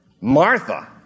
Martha